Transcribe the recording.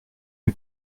est